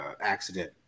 accident